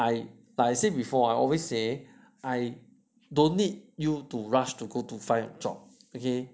I but I say before I always say I don't need you to rush to go to find a job okay